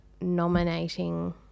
nominating